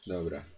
Dobra